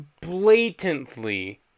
blatantly